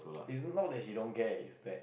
is not that she don't care is that